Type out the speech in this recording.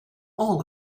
all